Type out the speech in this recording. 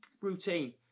routine